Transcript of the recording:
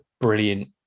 brilliant